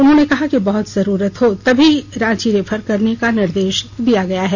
उन्होंने कहा कि बहुत जरूरत हो तभी रांची रेफर करने का निर्देश दिया है